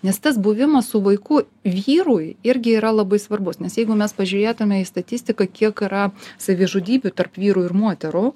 nes tas buvimas su vaiku vyrui irgi yra labai svarbus nes jeigu mes pažiūrėtume į statistiką kiek yra savižudybių tarp vyrų ir moterų